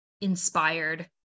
inspired